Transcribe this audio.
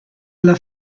alla